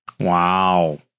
Wow